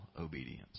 obedience